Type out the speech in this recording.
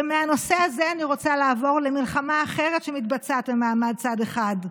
ומהנושא הזה אני רוצה לעבור למלחמה אחרת שמתבצעת במעמד צד אחד,